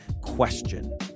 question